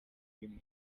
bimwe